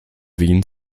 wien